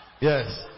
Yes